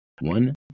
one